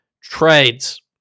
trades